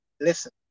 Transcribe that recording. listen